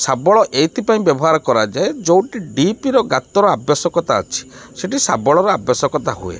ଶାବଳ ଏଇଥିପାଇଁ ବ୍ୟବହାର କରାଯାଏ ଯେଉଁଠି ଡିପ୍ର ଗାତର ଆବଶ୍ୟକତା ଅଛି ସେଇଠି ଶାବଳର ଆବଶ୍ୟକତା ହୁଏ